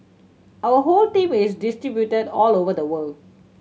our whole team is distributed all over the world